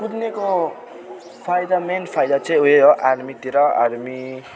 कुद्नेको फाइदा मेन फाइदा चाहिँ उयो हो आर्मीतिर आर्मी